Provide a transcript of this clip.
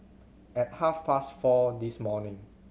at half past four this morning